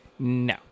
No